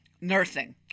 nursing